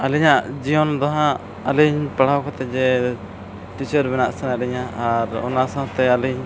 ᱟᱹᱞᱤᱧᱟᱜ ᱡᱤᱭᱚᱱ ᱫᱚ ᱱᱟᱦᱟᱜ ᱟᱹᱞᱤᱧ ᱯᱟᱲᱦᱟᱣ ᱠᱟᱛᱮᱫ ᱡᱮ ᱵᱮᱱᱟᱜ ᱥᱟᱱᱟᱭᱮᱫ ᱞᱤᱧᱟᱹ ᱟᱨ ᱚᱱᱟ ᱥᱟᱶᱛᱮ ᱟᱹᱞᱤᱧ